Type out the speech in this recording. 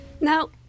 Now